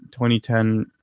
2010